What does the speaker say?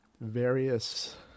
various